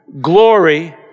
glory